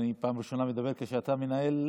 אני פעם ראשונה מדבר כשאתה מנהל,